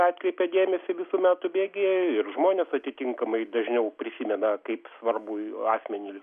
atkreipia dėmesį visų metų bėgyje ir žmonės atitinkamai dažniau prisimena kaip svarbų asmenį